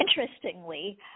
Interestingly